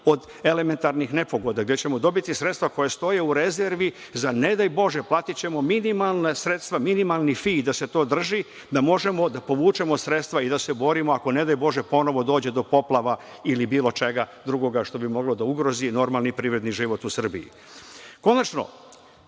od elementarnih nepogoda, gde ćemo dobiti sredstva koja stoje u rezerve za ne daj Bože, platićemo minimalna sredstva, minimalni fi, da se to održi, da možemo da povučemo sredstva i da se borimo ako, ne daj Bože, dođe do poplava ili bilo čega drugog što bi moglo da ugrozi normalni privredni život u Srbiji. Konačno